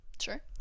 Sure